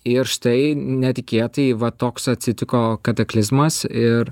ir štai netikėtai va toks atsitiko kataklizmas ir